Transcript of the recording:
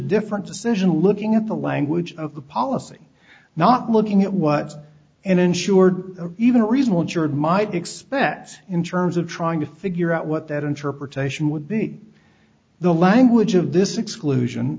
decision looking at the language of the policy not looking at what an insured or even reasonable juror might expect in terms of trying to figure out what that interpretation would be the language of this exclusion